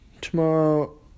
tomorrow